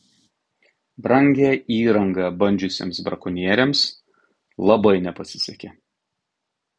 brangią įrangą bandžiusiems brakonieriams labai nepasisekė